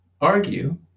argue